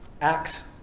Acts